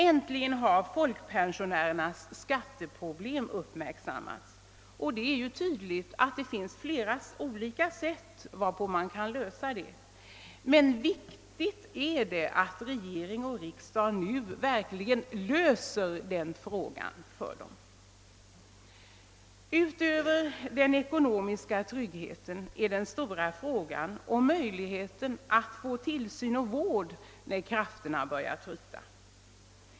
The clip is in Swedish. Äntligen har folkpensionärernas skatteproblem uppmärksammats, och det är tydligt att det finns flera olika sätt att lösa det problemet. Men viktigt är att regering och riksdag nu verkligen löser den frågan. Utöver den ekonomiska tryggheten gäller den stora frågan möjligheten att få tillsyn och vård när krafterna börjar tryta.